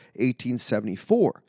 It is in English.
1874